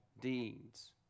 deeds